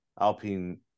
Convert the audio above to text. Alpine